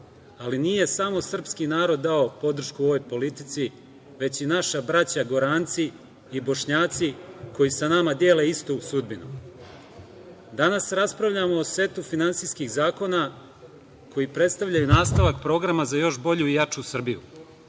Ali, nije samo srpski narod dao podršku ovoj politici, već i naša braća Goranci i Bošnjaci, koji sa nama dele istu sudbinu. Danas raspravljamo o setu finansijskih zakona koji predstavljaju nastavak programa za još bolju i jaču Srbiju,